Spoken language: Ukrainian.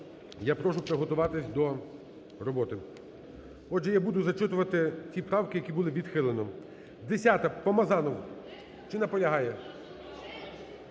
я прошу приготуватись до роботи. Отже, я буду зачитувати ті правки, які було відхилено. 10-а, Помазанов. Чи наполягає?